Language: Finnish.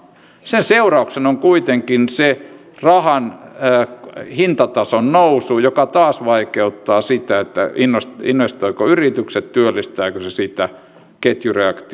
sen seurauksena on kuitenkin se rahan hintatason nousu joka taas vaikeuttaa sitä investoivatko yritykset työllistääkö se ketjureaktio